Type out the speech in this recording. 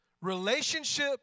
Relationship